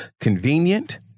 convenient